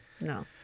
No